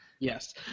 Yes